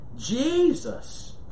Jesus